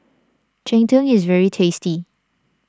Cheng Tng is very tasty